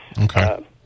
Okay